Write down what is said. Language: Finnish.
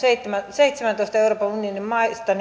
seitsemässätoista euroopan unionin maista